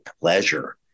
pleasure